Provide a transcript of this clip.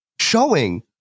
showing